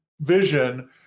vision